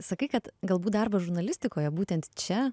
sakai kad galbūt darbo žurnalistikoje būtent čia